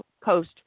coast